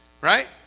Right